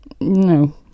No